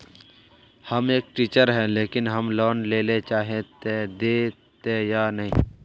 हम एक टीचर है लेकिन हम लोन लेले चाहे है ते देते या नय?